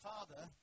Father